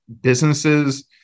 businesses